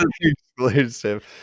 exclusive